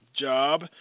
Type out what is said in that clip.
job